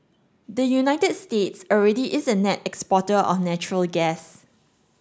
the United States already is a net exporter of natural gas